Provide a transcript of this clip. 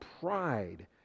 pride